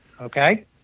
okay